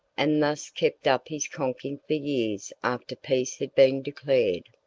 and thus kept up his conking for years after peace had been declared.